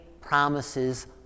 promises